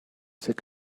take